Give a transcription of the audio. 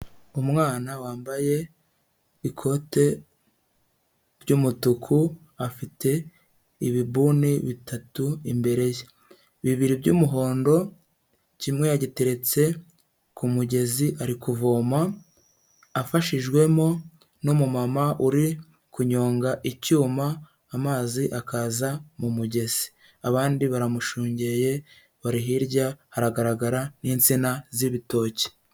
Umwana wambaye ikote ry'umutuku, afite ibibuni bitatu imbere ye. Bibiri by'umuhondo, kimwe yagiteretse ku mugezi ari kuvoma, afashijwemo n'umumama uri kunyonga icyuma amazi akaza mu mugezi. Abandi baramushungeye bari hirya haragaragara n'insina z'ibitoki.